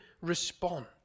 respond